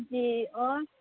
جی اور